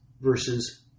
versus